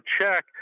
check